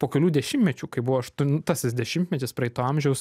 po kelių dešimtmečių kai buvo aštuntasis dešimtmetis praeito amžiaus